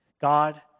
God